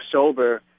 sober